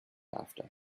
after